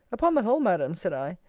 upon the whole, madam, said i,